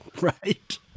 right